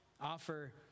offer